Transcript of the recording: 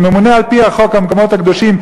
שממונה על-פי חוק השמירה על המקומות הקדושים,